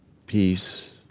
peace,